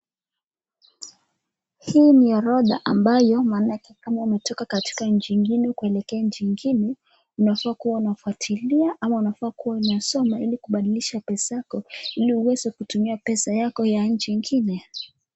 Hii ni orodha ambayo manake kama umetoka katika nchi nyingine kuelekea nchi nyingine unafaa kuwa ukiifwatilia ama unafaa kuwa umeyasoma ili kubadilisha pesa yako ili uweze kutumia pesa yako ya nchi ingine.